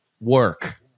work